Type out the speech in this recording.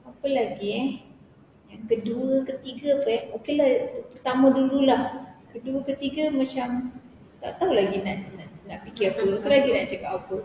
apa lagi eh yang kedua ketiga apa eh okay lah yang pertama dulu lah kedua ketiga macam tak tahu lagi nak fikir apa apa lagi nak cakap